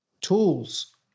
Tools